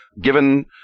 Given